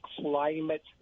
Climate